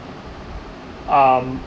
um